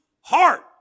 heart